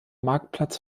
marktplatz